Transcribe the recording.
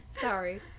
Sorry